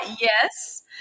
yes